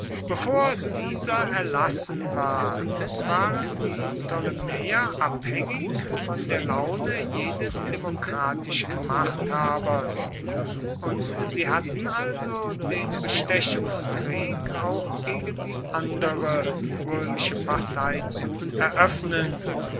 bevor dieser erlassen war waren die ptolemäer abhängig von der laune jedes demokratischen machthabers und sie hatten also den bestechungskrieg auch gegen die andere römische partei zu eröffnen